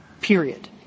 Period